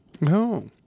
No